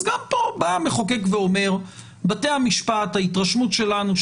אז גם פה המחוקק ואומר שההתרשמות שלנו היא